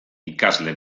ikasle